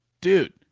dude